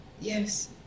yes